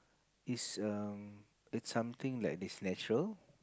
is um that something like this natural